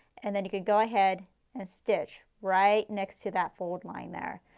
and then you can go ahead and stitch right next to that fold line there.